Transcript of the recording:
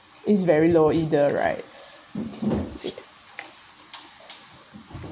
is very low either right